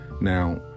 Now